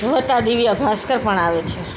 હવે તો આ દિવ્ય ભાસ્કર પણ આવે છે